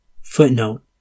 Footnote